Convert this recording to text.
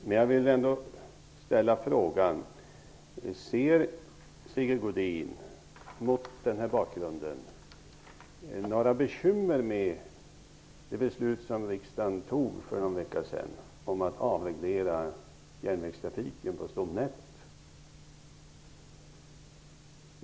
Men jag vill ändå ställa frågan: Ser Sigge Godin mot den här bakgrunden några bekymmer med det beslut som riksdagen fattade för någon vecka sedan om att avreglera järnvägstrafiken på stomnätet?